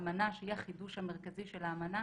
שהיא החידוש המרכזי של האמנה,